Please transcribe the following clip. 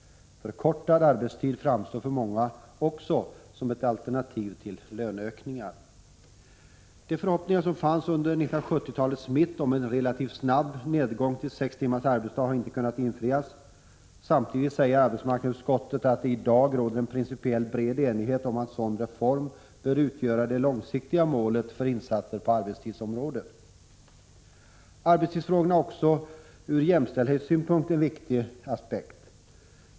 Förkortad arbetstid framstår för många också som ett alternativ till löneökningar. De förhoppningar som fanns under 1970-talets mitt om en relativt snabb nedgång till sex timmars arbetsdag har inte kunnat infrias. Samtidigt säger arbetsmarknadsutskottet att det i dag råder en principiell bred enighet om att en sådan reform bör utgöra det långsiktiga målet för insatser på arbetstidsområdet. Arbetstidsfrågorna har också ur jämställdhetssynpunkt en viktig aspekt.